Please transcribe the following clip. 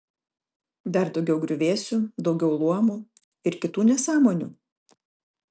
dar daugiau griuvėsių daugiau luomų ir kitų nesąmonių